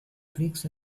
breaks